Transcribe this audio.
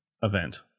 event